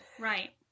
Right